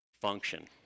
function